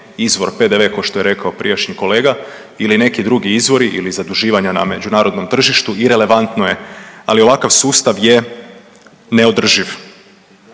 izvor PDV ko što je rekao prijašnji kolega ili neki drugi izvori ili zaduživanja na međunarodnom tržištu irelevantno je, ali ovakav sustav je neodrživ,